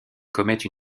commettent